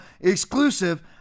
Exclusive